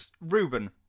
Ruben